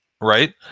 Right